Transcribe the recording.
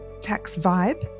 taxvibe